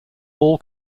all